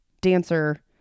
dancer